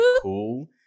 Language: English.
cool